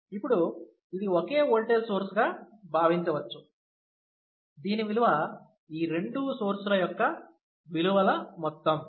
ఇప్పుడు ఇది ఒకే ఓల్టేజ్ సోర్స్ గా భావించవచ్చు దీని విలువ ఈ రెండూ సోర్స్ ల యొక్క విలువల మొత్తం